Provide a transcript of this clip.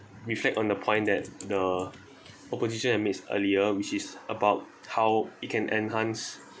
reflect on the point that the opposition admits earlier which is about how it can enhance